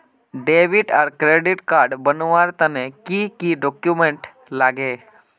Debit आर credit card बनवार तने की की डॉक्यूमेंट लागे?